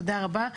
תודה רבה.